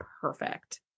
perfect